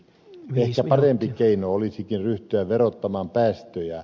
ehkä parempi keino olisikin ryhtyä verottamaan päästöjä